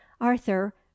arthur